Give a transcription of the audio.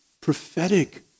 prophetic